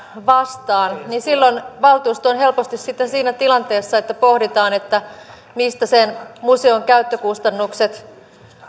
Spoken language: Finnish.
vastaan niin silloin valtuusto on helposti sitten siinä tilanteessa että pohditaan mistä sen museon käyttökustannukset